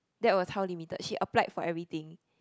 that was how limited she applied for everything